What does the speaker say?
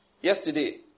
Yesterday